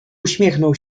uśmiechnął